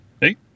hey